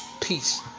peace